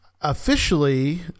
officially